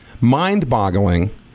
mind-boggling